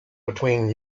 between